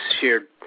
shared